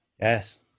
Yes